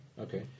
Okay